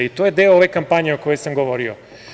I to je deo ove kampanje o kojoj sam govorio.